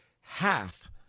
Half